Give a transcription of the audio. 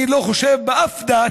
אני חושב שבאף דת,